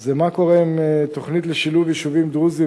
זה מה קורה עם תוכנית לשילוב יישובים דרוזיים